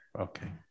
Okay